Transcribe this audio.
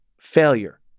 failure